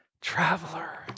traveler